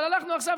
אבל הלכנו עכשיו,